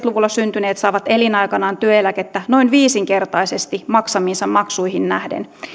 luvulla syntyneet saavat elinaikanaan työeläkettä noin viisinkertaisesti maksamiinsa maksuihin nähden